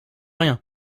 rien